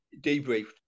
debriefed